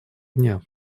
дня